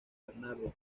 bernardo